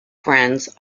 friends